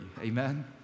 Amen